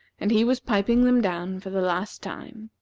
and he was piping them down for the last time.